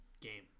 game